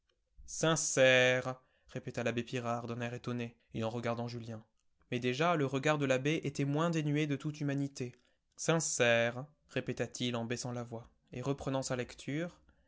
sincère sincère répéta l'abbé pirard d'un air étonné et en regardant julien mais déjà le regard de l'abbé était moins dénué de toute humanité sincère répéta-t-il en baissant la voix et reprenant sa lecture